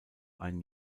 ein